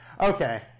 Okay